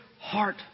heart